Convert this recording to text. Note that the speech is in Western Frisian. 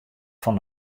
fan